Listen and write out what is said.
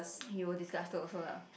you were disgusted also lah